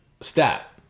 stat